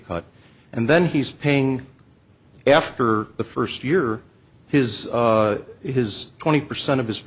cut and then he's paying after the first year his his twenty percent of his